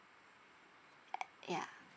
ya